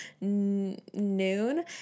noon